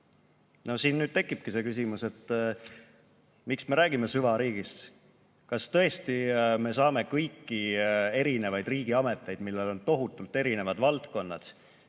No siin tekibki küsimus, miks me räägime süvariigist. Kas tõesti me saame kõiki erinevaid riigiameteid, millel on tohutult erinevad valdkonnad,